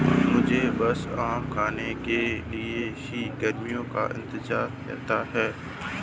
मुझे तो बस आम खाने के लिए ही गर्मियों का इंतजार रहता है